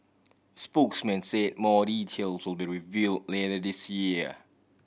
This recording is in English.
spokesman say more details will be reveal later this year